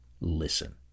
Listen